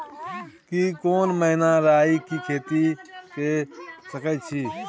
की कोनो महिना राई के खेती के सकैछी?